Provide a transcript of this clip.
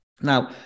Now